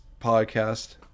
podcast